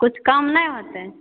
किछु कम नहि होतै